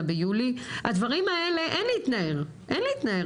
ביולי וזה אומר שאין להתנער מהדברים האלה.